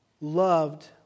loved